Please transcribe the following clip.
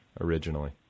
originally